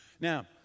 Now